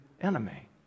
enemy